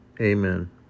Amen